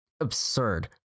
absurd